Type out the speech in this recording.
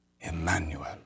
Emmanuel